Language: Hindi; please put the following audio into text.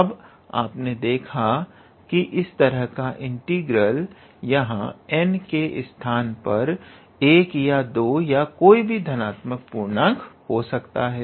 अब आपने देखा कि इस तरह का इंटीग्रल यहां n के स्थान पर 1 या 2 या कोई भी धनात्मक पूर्णक हो सकता है